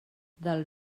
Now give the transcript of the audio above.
del